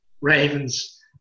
Ravens